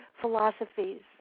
philosophies